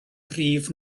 prif